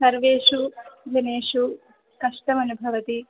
सर्वेषु जनेषु कष्टमनुभवन्ति